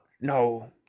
no